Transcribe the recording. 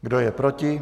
Kdo je proti?